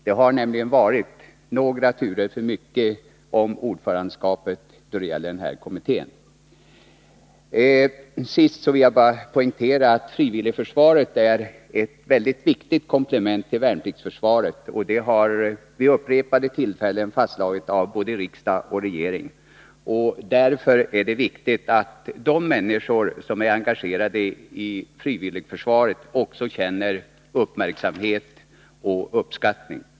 Det har uppenbarligen varit några turer för mycket om ordförandeskapet när det gäller denna kommitté. Till sist vill jag bara poängtera att frivilligförsvaret är ett väldigt viktigt komplement till värnpliktsförsvaret. Det har vid upprepade tillfällen fastslagits av både riksdag och regering. Därför är det viktigt att de människor som är engagerade i frivilligförsvaret även känner uppmärksamhet och uppskattning.